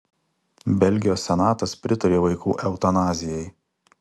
belgijos senatas pritarė vaikų eutanazijai